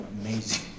amazing